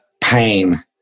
pain